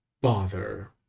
bother